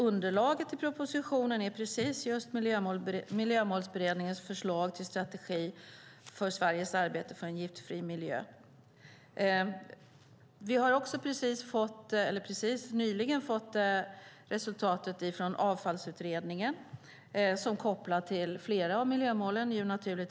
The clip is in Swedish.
Underlaget till propositionen är just miljömålsberedningens förslag till strategi för Sveriges arbete för en giftfri miljö. Vi har också nyligen fått resultatet från Avfallsutredningen, som naturligtvis har kopplingar till flera av miljömålen.